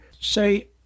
say